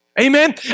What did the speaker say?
Amen